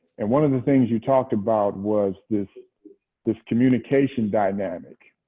and one of the things you talked about was this this communication dynamic.